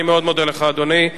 אני מאוד מודה לך, אדוני.